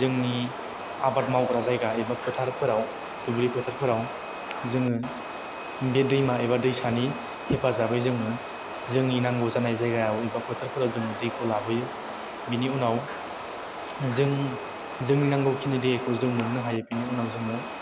जोंनि आबाद मावग्रा जायगा एबा फोथारफोराव दुब्लि फोथारफोराव जों बे दैमा एबा दैसानि हेफाजाबै जोङो जोंनि नांगौ जानाय जायगायाव एबा फोथारफोराव जों दैखौ लाबोयो बिनि उनाव जों जोंनि नांगौखिनि दैखौ जों मोननो हाहैफिनो उनाव जों